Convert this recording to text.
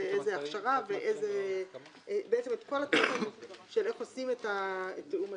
איזה הכשרה כל התוכן של איך עושים את תיאום הטיפול.